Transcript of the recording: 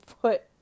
put